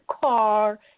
car